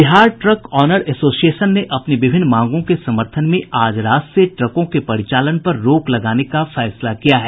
Bihar truck owner association ने अपनी विभिन्न मांगों के समर्थन में आज रात से ट्रकों के परिचालन पर रोक लगाने का फैसला किया है